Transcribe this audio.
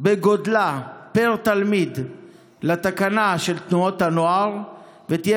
בגודלה פר תלמיד לתקנה של תנועות הנוער ותהיה